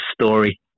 story